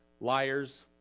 liars